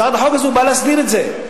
הצעת החוק הזאת באה להסדיר את זה.